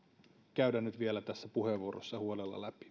käydä nyt vielä tässä puheenvuorossa huolella läpi